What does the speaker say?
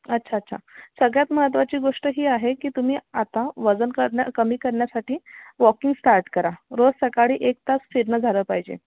अच्छा अच्छा सगळ्यात महत्त्वाची गोष्ट ही आहे की तुम्ही आता वजन करण्या कमी करण्यासाठी वॉकिंग स्टार्ट करा रोज सकाळी एक तास फिरणं झालं पाहिजे